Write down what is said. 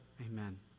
amen